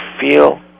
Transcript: feel